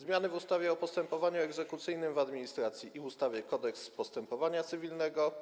Zmiany w ustawie o postępowaniu egzekucyjnym w administracji i ustawie Kodeks postępowania cywilnego